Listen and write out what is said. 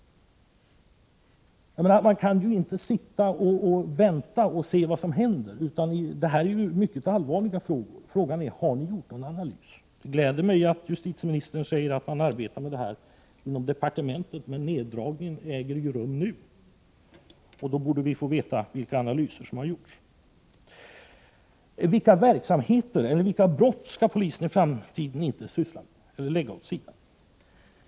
Jag menar att man inte kan sitta och vänta och se vad som händer, för det här är mycket allvarliga frågor. Har ni gjort någon analys? Det gläder mig att justitieministern säger att man arbetar med detta inom departementet, men neddragningen äger ju rum nu, och vi borde alltså få veta vilka analyser som har gjorts. Vilka brott skall polisen i framtiden lägga åt sidan?